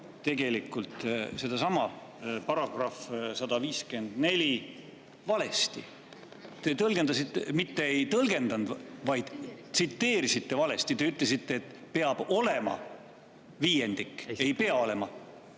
tegelikult sedasama § 154 valesti. Te tõlgendasite, või mitte ei tõlgendanud, vaid tsiteerisite valesti. Te ütlesite, et peab olema viiendik. Ei pea olema!